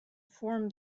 form